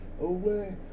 away